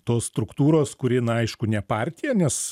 tos struktūros kuri na aišku ne partija nes